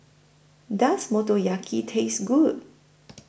Does Motoyaki Taste Good